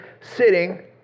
sitting